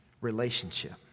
relationship